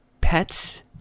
pets